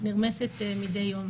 נרמסת מדי יום.